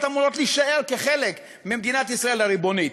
אמורים להישאר כחלק ממדינת ישראל הריבונית.